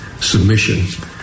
submission